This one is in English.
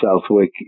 Southwick